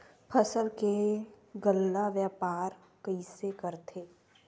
फसल के गल्ला व्यापार कइसे करथे?